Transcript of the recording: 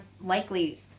likely